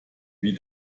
wie